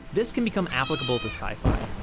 this can become applicable to sci-fi.